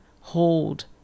hold